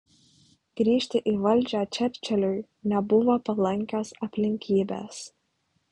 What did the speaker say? grįžti į valdžią čerčiliui nebuvo palankios aplinkybės